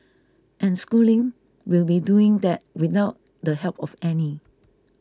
and Schooling will be doing that without the help of any